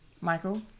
Michael